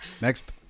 Next